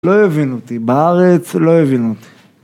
לא הבינו אותי, בארץ לא הבינו אותי.